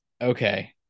Okay